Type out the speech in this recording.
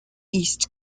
east